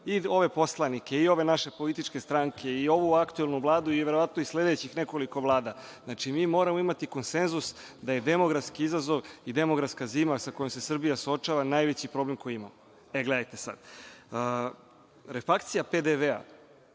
i ove poslanike i ove naše političke stranke i ovu aktuelnu Vladu i verovatno i sledećih nekoliko vlada. Mi moramo imati konsenzus da je demografski izazov i demografska zima sa kojom se Srbija suočava najveći problem koji imamo. Gledajte, refakcija PDV-a